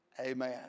Amen